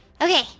Okay